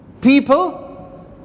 people